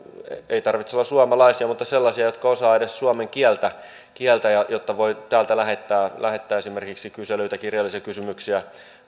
ei tarvitse olla suomalaisia mutta sellaisia jotka edes osaavat suomen kieltä kieltä jotta voi lähettää lähettää esimerkiksi kyselyitä kirjallisia kysymyksiä